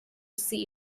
see